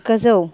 गोजौ